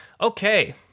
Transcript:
Okay